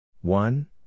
One